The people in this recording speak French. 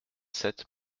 sept